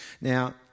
Now